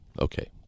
Okay